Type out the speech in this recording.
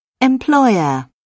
Employer